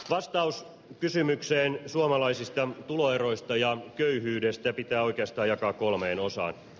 vastaus kysymykseen suomalaisista tuloeroista ja köyhyydestä pitää oikeastaan jakaa kolmeen osaan